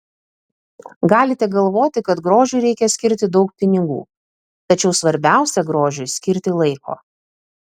galite galvoti kad grožiui reikia skirti daug pinigų tačiau svarbiausia grožiui skirti laiko